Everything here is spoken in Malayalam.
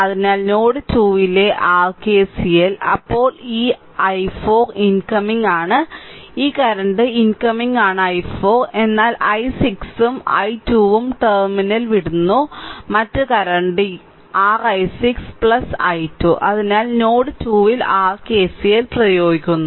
അതിനാൽ നോഡ് 2 ലെ r KCL അപ്പോൾ ഈ i4 ഇൻകമിംഗ് ആണ് ഈ കറൻറ് ഇൻകമിംഗ് ആണ് i4 എന്നാൽ i6 ഉം i2 ഉം ടെർമിനലിൽ ജീവിക്കുന്ന മറ്റ് കറൻറ് r i6 i2 അതിനാൽ നോഡ് 2 ൽ r KCL പ്രയോഗിക്കുന്നു